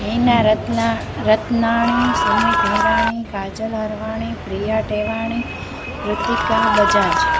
हिना रत रतनाणी सुमित हीराणी काजल हरवाणी प्रिया टेवाणी रितिका बजाज